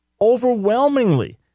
Overwhelmingly